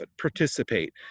participate